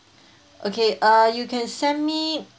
okay uh you can send me